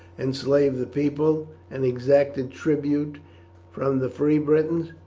enslaved the people, and exacted tribute from the free britons?